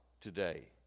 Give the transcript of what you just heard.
today